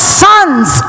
sons